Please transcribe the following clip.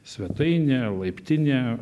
svetainė laiptinė